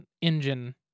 engine